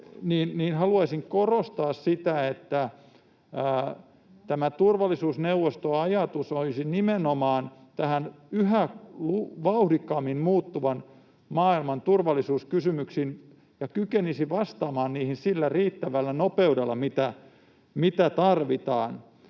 haluaisin korostaa sitä, että tämä turvallisuusneuvostoajatus olisi nimenomaan näihin yhä vauhdikkaammin muuttuvan maailman turvallisuuskysymyksiin ja kykenisi vastaamaan niihin sillä riittävällä nopeudella, mitä tarvitaan.